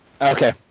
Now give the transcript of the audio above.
Okay